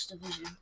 division